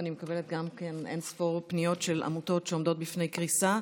גם אני מקבלת אין-ספור פניות של עמותות שעומדות בפני קריסה.